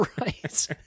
right